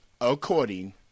according